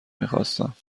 میخواستم